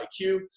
IQ